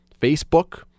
Facebook